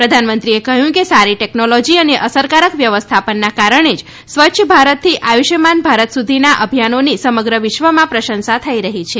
પ્રધાનમંત્રીએ કહ્યું કે સારી ટેકનોલોજી અને અસરકારક વ્યવસ્થાપનના કારણે જ સ્વચ્છ ભારતથી આયુષ્યમાન ભારત સુધીના અભિયાનોની સમગ્ર વિશ્વમાં પ્રશંસા થઈ રહી છે